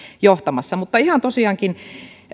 johtamassa mutta ihan tosiaankin